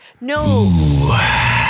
no